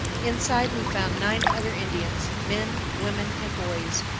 inside we found nine other indians, men, women and boys,